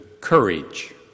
courage